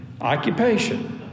Occupation